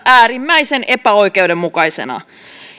äärimmäisen epäoikeudenmukaisena